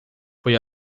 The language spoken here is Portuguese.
foi